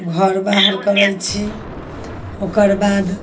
घर बाहर करय छी ओकरबाद